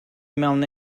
mewn